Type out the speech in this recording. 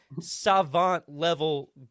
savant-level